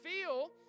feel